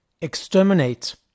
Exterminate